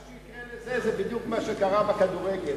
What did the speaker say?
מה שיקרה זה בדיוק מה שקרה בכדורגל,